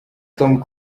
tom